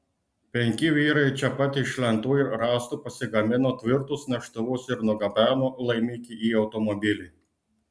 penki vyrai čia pat iš lentų ir rąstų pasigamino tvirtus neštuvus ir nugabeno laimikį į automobilį